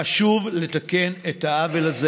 חשוב לתקן את העוול הזה.